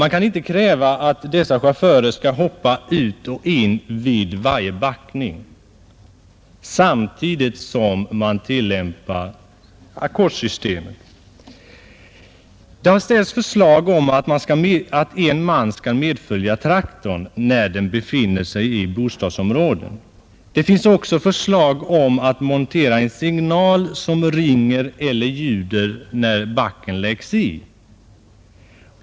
Man kan inte kräva att dessa chaufförer när de arbetar på ackord skall hoppa ut ur traktorn vid varje backning. Det har framställts förslag om att en man skall medfölja traktorn när den används inom bostadsområde. Det har också föreslagits att det skall monteras på en signalanordning, som ljuder när traktorns backväxel läggs in.